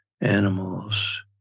animals